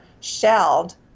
shelled